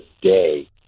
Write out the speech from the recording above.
day